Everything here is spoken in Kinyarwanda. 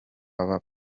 baba